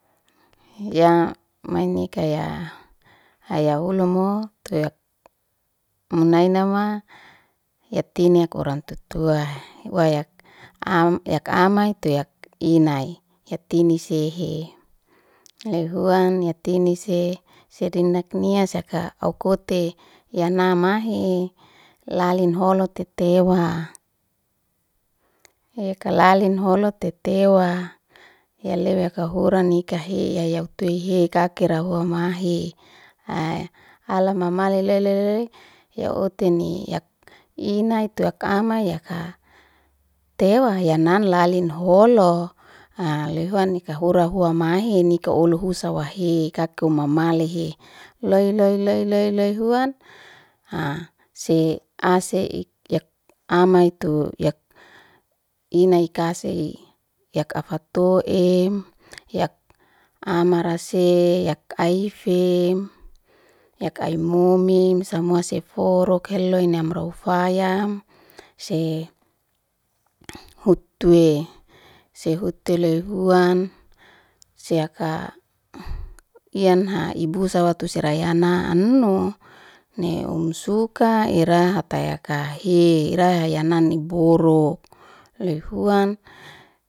Heya mai ne kaya haya hulo mo to yak munai na ma yaniti ak orang tatua, wayak am yak amai tu yuk inai yatini se he lehuan yatini se serinak nia saka auko te yanama mahe lalin holote te tewa he kalalen holo tetewa helewe ya kahoran ni kahe yaya tuyei hei kaki ra hua mahe a ala mamale le le le le ya oten ni yak inai tu ya amai yaka tewa ya nan lalin holo a lehuan ya kahora hua mahe ni ko'olu husa wahe kak'ke mamalehe loe loe loe loe loe huan ha se ase ik yak ama itu yak inai kase i yak afato em yak amara se yak aifem yak ai mumim samua seforok helou naim raufayam se hutu e se hutu leon huan seaka a ian ha ibusa watu serayana na'anu ne um suka ira hataya kaya hi ira yanan ibo ro lehuan